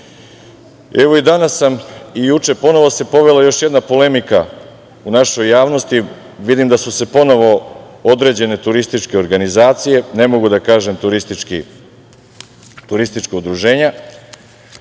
danas i juče se povela još jedna polemika u našoj javnosti, vidim da su se ponovo određene turističke organizacije, ne mogu da kažem turistička udruženja,